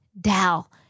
Dal